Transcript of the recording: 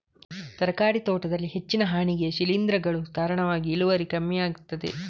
ತರಕಾರಿ ತೋಟದಲ್ಲಿ ಹೆಚ್ಚಿನ ಹಾನಿಗೆ ಶಿಲೀಂಧ್ರಗಳು ಕಾರಣವಾಗಿ ಇಳುವರಿ ಕಮ್ಮಿ ಆಗ್ತದೆ